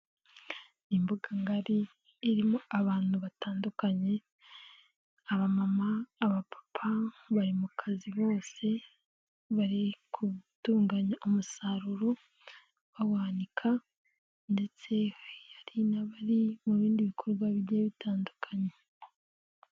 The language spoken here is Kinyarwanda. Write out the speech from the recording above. Imbuga ngari, irimo abantu batandukanye, abamama , abapapa, bari mu kazi bose, bari gutunganya umusaruro bawanika, ndetse hari n'abari mu bindi bikorwa bijyiye bitandukanye.